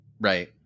right